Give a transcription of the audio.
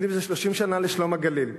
אתם יודעים, זה 30 שנה ל"שלום הגליל"